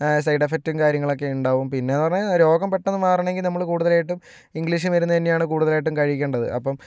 side എഫക്റ്റും കാര്യങ്ങളൊക്കെ ഉണ്ടാവും പിന്നേയെന്നു പറഞ്ഞാൽ രോഗം പെട്ടെന്ന് മാറണമെങ്കിൽ നമ്മൾ കുടുതലായിട്ടും ഇംഗ്ലീഷ് മരുന്ന് തന്നെയാണ് കൂടുതലായിട്ടും കഴിക്കേണ്ടത് അപ്പം